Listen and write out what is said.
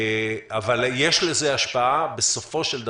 אבל יש לזה השפעה בסופו של דבר.